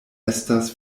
estas